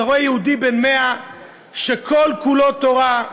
אתה רואה יהודי בן 100 שכל-כולו תורה,